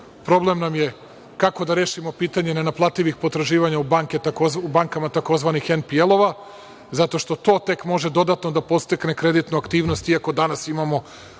Problem nam je kako da rešimo pitanje nenaplativih potraživanja u bankama tzv. „empijelova“ zato što to tek može dodatno da podstakne kreditnu aktivnost i ako danas imamo